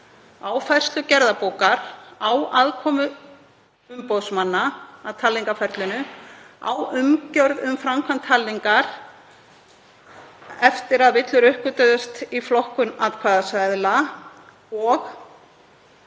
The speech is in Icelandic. á færslu gerðabókar, á aðkomu umboðsmanna að talningarferlinu, á umgjörð um framkvæmd talningar eftir að villur uppgötvuðust í flokkun atkvæðaseðla og